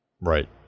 Right